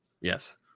Yes